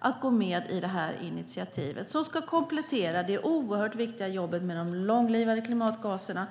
att få med i det här initiativet i andra klimatförhandlingar. Detta ska komplettera det oerhört viktiga jobbet med de långlivade klimatgaserna.